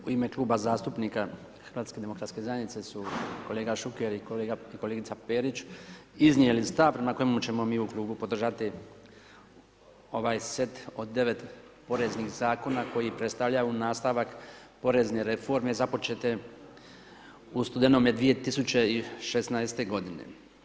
U ime kluba zastupnika HDZ-a su kolega Šuker i kolegica Perić iznijeli stav na kojemu ćemo mi u klubu podržati ovaj set od 9 poreznih zakona koji predstavljaju nastavak porezne reforme započete u studenome 2016. godine.